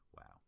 Wow